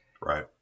Right